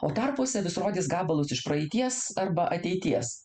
o tarpuose vis rodys gabalus iš praeities arba ateities